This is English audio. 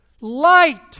light